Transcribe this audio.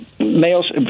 males